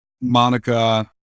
Monica